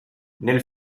nel